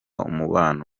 umubano